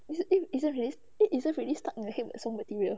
this isn't really isn't really stuck in the head song material